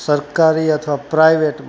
સરકારી અથવા પ્રાઈવેટમાં